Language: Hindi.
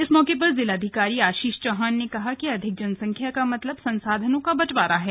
इस मौके पर जिलाधिकारी आशीष चौहान ने कहा कि अधिक जनसंख्या का मतलब संसाधनों का बंटवारा है